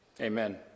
Amen